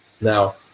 Now